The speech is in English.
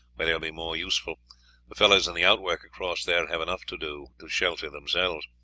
where they will be more useful the fellows in the outwork across there have enough to do to shelter themselves.